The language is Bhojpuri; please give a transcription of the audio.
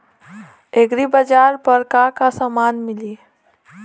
एग्रीबाजार पर का का समान मिली?